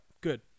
good